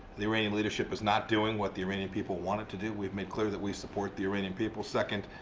the iranian leadership is not doing what the iranian people want it to do. we've made clear that we support the iranian people. second,